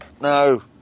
No